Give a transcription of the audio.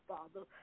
Father